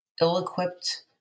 ill-equipped